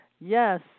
yes